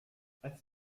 als